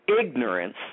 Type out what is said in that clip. ignorance